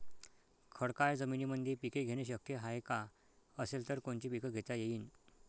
खडकाळ जमीनीमंदी पिके घेणे शक्य हाये का? असेल तर कोनचे पीक घेता येईन?